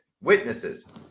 witnesses